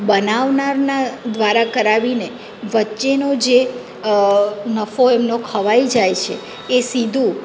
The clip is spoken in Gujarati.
બનાવનારના દ્વારા કરાવીને વચ્ચેનો જે નફો એમનો ખવાઈ જાય છે એ સીધું